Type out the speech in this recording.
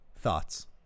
Thoughts